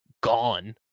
gone